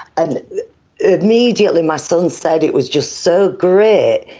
and immediately my son said it was just so great.